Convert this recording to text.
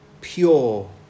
pure